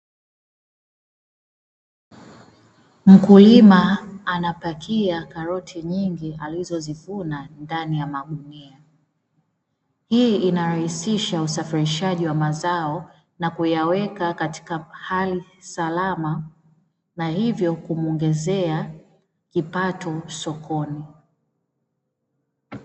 Mkulima anapakia karoti nyingi alizozivuna ndani ya magunia. Hii inarahisisha usafirishaji wa mazao na kuyaweka katika hali salama, na hivyo kumuongezea kipato sokoni.